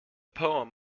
poem